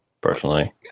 personally